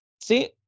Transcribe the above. See